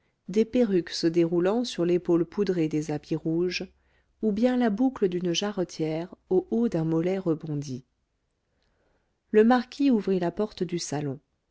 des perruques se déroulant sur l'épaule poudrée des habits rouges ou bien la boucle d'une jarretière au haut d'un mollet rebondi le marquis ouvrit la porte du salon